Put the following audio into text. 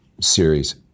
series